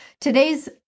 Today's